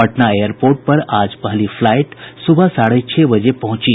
Patna airport पर आज पहली फ्लाईट सुबह साढ़े छह बजे पहुंची